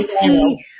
see